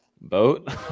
boat